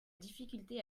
difficulté